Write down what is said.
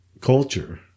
culture